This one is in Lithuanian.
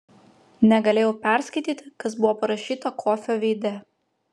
negalėjau perskaityti kas buvo parašyta kofio veide